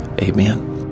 amen